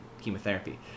chemotherapy